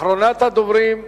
אחרונת הדוברים,